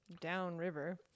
downriver